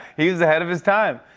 he was ahead of his time.